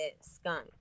skunk